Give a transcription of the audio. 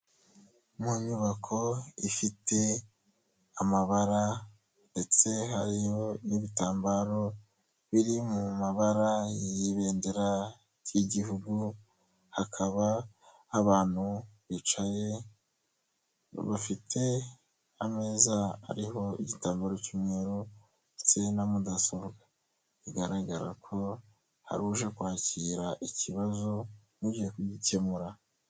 Mu nyubako ifite amabara ndetse hari n'ibitambaro, biri mu mabara y'ibendera ry'igihugu hakaba abantu bicaye bafite ameza ariho igitambaro cy'umweru ndetse na mudasobwa, bigaragara ko hari uje kwakira ikibazo n'ugiye kugikemura.